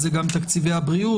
אלא גם תקציבי הבריאות,